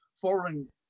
foreign